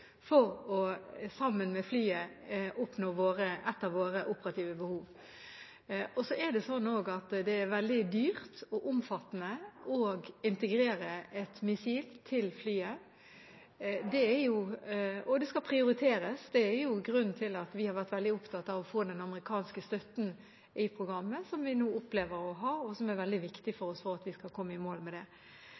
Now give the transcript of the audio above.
veldig dyrt og omfattende å integrere et missil til flyet, og det skal prioriteres. Det er grunnen til at vi har vært veldig opptatt av å få den amerikanske støtten i programmet, som vi nå opplever å ha, og som er veldig viktig for oss for at vi skal komme i mål med det.